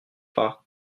pas